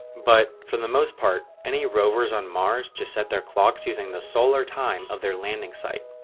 but, for the most part any rovers on mars just set their clocks using the solar time of their landing site.